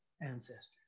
ancestors